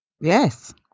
Yes